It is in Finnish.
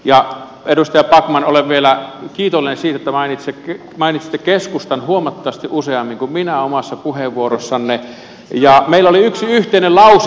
edustaja backman olen vielä kiitollinen siitä että mainitsitte keskustan huomattavasti useammin kuin minä omassa puheenvuorossanne ja meillä oli yksi yhteinen lause siellä